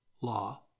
law